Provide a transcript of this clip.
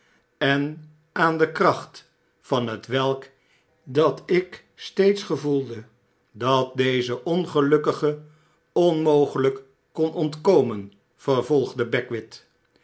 en aan de kracht van hetwelk ik steeds gevoelde dat deze ongelukkige onmogelyk kon ontkomen vervolgde beckwith